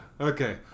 Okay